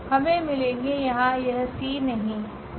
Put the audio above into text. हमे मिलेगे यहाँ यह c नहीं 𝜆𝑖